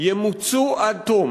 ימוצו עד תום.